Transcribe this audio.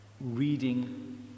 reading